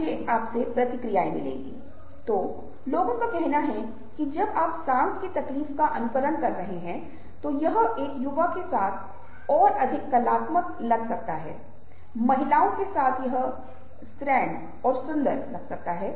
अपने आप से यह प्रश्न पूछें कि ऐसा क्या है जिसके कारण वह मुझे ऐसा नहीं करने के लिए प्रेरित कर रहा है क्या कारण हैं क्या यह डर है